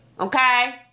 Okay